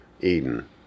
Eden